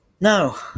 no